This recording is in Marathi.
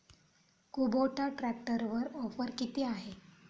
कुबोटा ट्रॅक्टरवर ऑफर किती आहे?